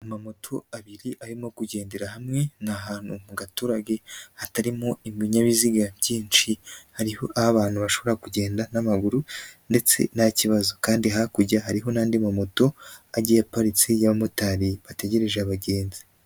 Amamoto abiri arimo kugendera hamwe ni ahantu mu gaturage hatarimo ibinyabiziga byinshi, hariho aho abantu bashobora kugenda n'amaguru ndetse nta kibazo. Kandi hakurya hariho n'andi mamoto agiye aparitse y'abamotari bategereje abagenzi.